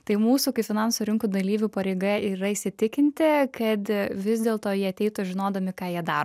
tai mūsų kaip finansų rinkų dalyvių pareiga ir yra įsitikinti kad vis dėlto jie ateitų žinodami ką jie daro